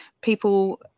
people